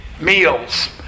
meals